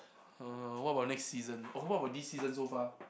uh what about next season okay what about this season so far